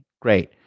great